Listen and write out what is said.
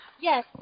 Yes